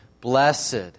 Blessed